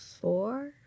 four